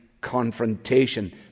confrontation